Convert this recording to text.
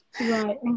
Right